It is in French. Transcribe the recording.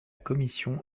commission